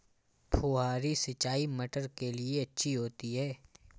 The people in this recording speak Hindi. फुहारी सिंचाई मटर के लिए अच्छी होती है?